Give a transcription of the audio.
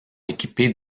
équipés